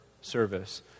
service